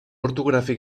ortogràfic